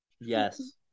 Yes